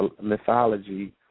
Mythology